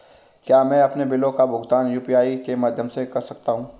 क्या मैं अपने बिलों का भुगतान यू.पी.आई के माध्यम से कर सकता हूँ?